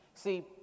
See